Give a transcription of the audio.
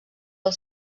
del